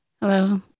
Hello